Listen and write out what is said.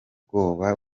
bwoba